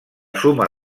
suma